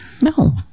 No